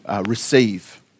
receive